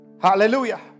Hallelujah